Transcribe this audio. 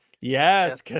Yes